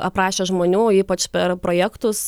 aprašę žmonių ypač per projektus